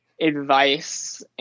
advice